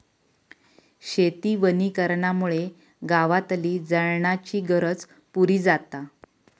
शेती वनीकरणामुळे गावातली जळणाची गरज पुरी जाता